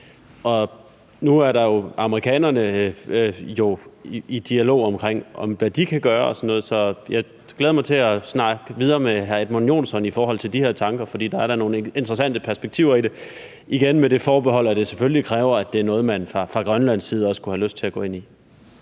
Nu er amerikanerne jo i dialog om, hvad de kan gøre, så jeg glæder mig til at snakke videre med hr. Edmund Joensen i forhold til de her tanker, for der er da nogle interessante perspektiver i det – igen med det forbehold, at det selvfølgelig kræver, at det er noget, man fra Grønlands side også kunne have lyst til at gå ind i.